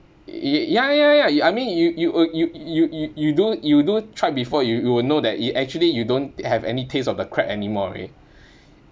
y~ ya ya ya I mean you you you you you you do you do try before you you will know that you actually you don't have any tastes of the crab anymore right